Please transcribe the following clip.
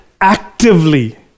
actively